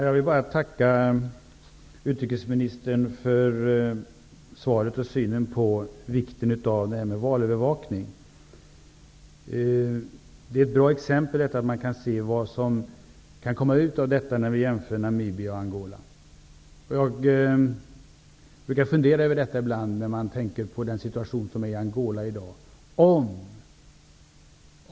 Fru talman! Jag vill tacka utrikesministern för svaret och synen på vikten av detta med valövervakning. Det är bra exempel att jämföra Namibia och Angola. Där kan man se vad som kan komma ut av detta. Jag brukar fundera över detta ibland när jag tänker på den situation som är i Angola i dag.